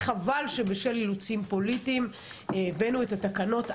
וחבל שבשל אילוצים פוליטיים הבאנו תקנות.